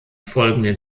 folgenden